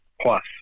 plus